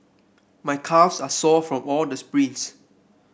my calves are sore from all the sprints